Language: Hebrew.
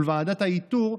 ולוועדת האיתור,